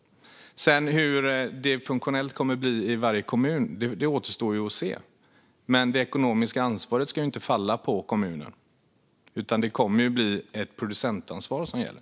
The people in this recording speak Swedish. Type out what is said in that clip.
Hur det funktionellt kommer att bli i varje kommun återstår att se, men det ekonomiska ansvaret ska inte falla på kommunerna, utan det kommer att bli ett producentansvar som gäller.